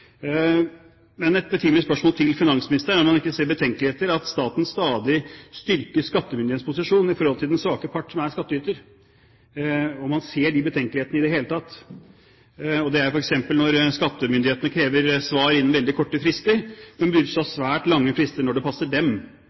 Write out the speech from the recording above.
Et betimelig spørsmål til finansministeren er om han ikke ser betenkeligheter ved at staten stadig styrker skattemyndighetenes posisjon i forhold til den svake part, som er skattyter, om han ser de betenkelighetene i det hele tatt. Det gjelder f.eks. når skattemyndighetene krever svar innen veldig korte frister, men benytter seg av svært lange frister når det passer dem.